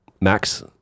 max